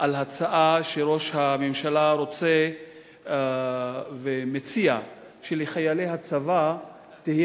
על הצעה שראש הממשלה רוצה ומציע שלחיילי הצבא תהיה